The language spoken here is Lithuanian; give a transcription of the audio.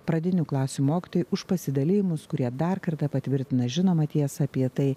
pradinių klasių mokytojai už pasidalijimus kurie dar kartą patvirtina žinomą tiesą apie tai